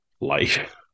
life